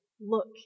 Look